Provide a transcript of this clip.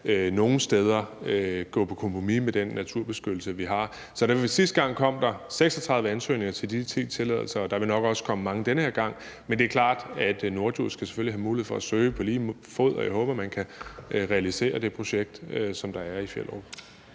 nogle steder kan gå på kompromis med den naturbeskyttelse, vi har. Sidste gang kom der 36 ansøgninger til de 10 tilladelser, og der vil nok også komme mange den her gang, men det er klart, at Norddjurs Kommune selvfølgelig skal have mulighed for at søge på lige fod, og jeg håber, man kan realisere det projekt, man har i Fjellerup.